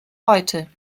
heute